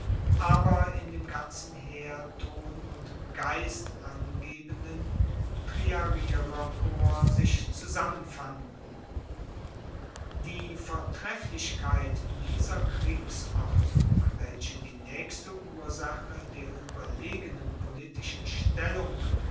aber in dem ganzen heer ton und geist angebenden triarierkorps sich zusammenfanden die vortrefflichkeit dieser kriegsordnung welche die naechste ursache der ueberlegenen politischen stellung